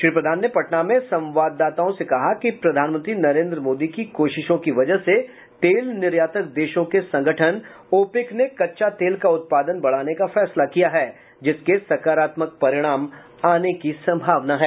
श्री प्रधान ने पटना में संवाददाताओं से कहा कि प्रधानमंत्री नरेन्द्र मोदी की कोशिशों की वजह से तेल निर्यातक देशों के संगठन ओपेक ने कच्चा तेल का उत्पादन बढ़ाने का फैसला किया है जिसके सकारात्मक परिणाम आने की संभावना है